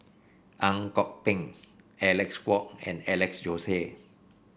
Ang Kok Peng Alec Kuok and Alex Josey